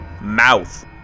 mouth